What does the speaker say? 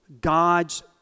God's